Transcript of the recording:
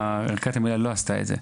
שערכת המילה לא עשתה את זה.